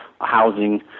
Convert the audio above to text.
housing